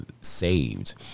saved